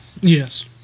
Yes